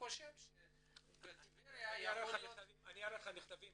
אני אראה לך מכתבים